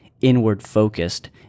inward-focused